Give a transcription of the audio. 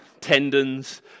tendons